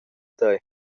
tei